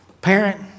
parent